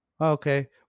Okay